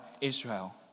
Israel